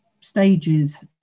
stages